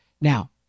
Now